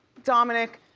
dominic,